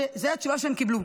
זאת התשובה שהן קיבלו.